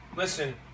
listen